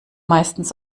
meistens